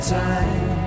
time